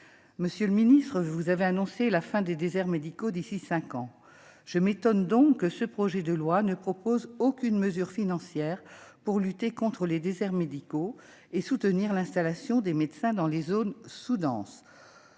Monsieur le ministre, vous avez annoncé la fin des déserts médicaux d'ici cinq ans. Je m'étonne donc que ce projet de loi ne comporte aucune mesure financière pour lutter contre ces derniers et soutenir l'installation des médecins dans les zones sous-denses.